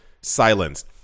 silence